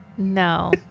No